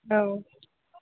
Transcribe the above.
औ